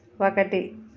ఒకటి